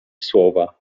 słowa